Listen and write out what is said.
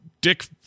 Dick